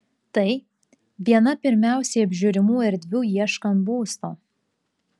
tai viena pirmiausiai apžiūrimų erdvių ieškant būsto